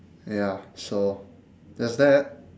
ya so that's that